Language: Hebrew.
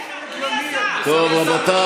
אדוני השר, אני מוכנה, רבותיי,